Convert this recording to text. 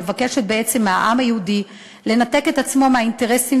מבקשת בעצם מהעם היהודי לנתק את עצמו מהאינטרסים